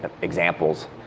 examples